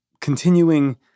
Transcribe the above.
continuing